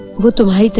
what do i